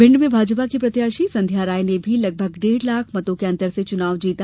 भिंड में भाजपा की प्रत्याशी संध्या राय ने भी लगभग डेढ़ लाख मतों के अंतर से चुनाव जीता